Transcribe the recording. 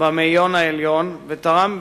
של המאיון העליון ותרם,